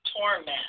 torment